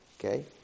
Okay